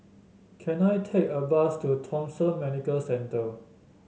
can I take a bus to Thomson Medical Centre